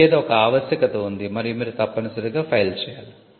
మీకేదో ఒక ఆవశ్యకత ఉంది మరియు మీరు తప్పనిసరిగా ఫైల్ చేయాలి